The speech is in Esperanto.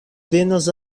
venas